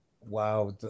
wow